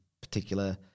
particular